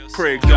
Craig